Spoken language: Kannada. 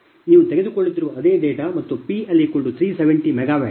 ಎರಡೂ ಒಂದೇ ನೀವು ತೆಗೆದುಕೊಳ್ಳುತ್ತಿರುವ ಅದೇ ಡೇಟಾ ಮತ್ತು PL370 MW ಮೆಗಾವ್ಯಾಟ್